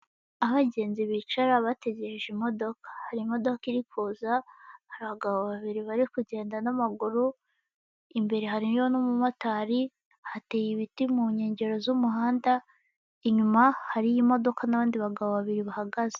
Aho abagenzi bicara bategereje imodoka hari imodoka iri kuza, hari abagabo babiri bari kugenda n'amaguru, imbere hariyo n'umumotari hateye ibiti munkengero z'umuhanda inyuma hariyo imodoka nabandi bagabo babiri bahagaze.